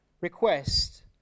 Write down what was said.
request